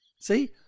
See